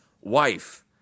wife